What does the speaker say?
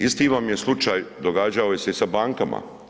Isti vam je slučaj događao je se i sa bankama.